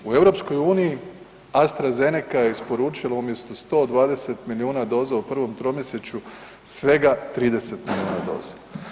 U EU AstraZeneca je isporučila umjesto 120 milijuna doza u prvom tromjesečju, svega 30 milijuna doza.